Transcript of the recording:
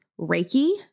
Reiki